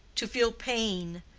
to feel pain,